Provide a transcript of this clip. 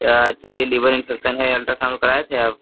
या चलिए लीवर में इंफेक्सन है अल्ट्रासाउन्ड कराए थे आप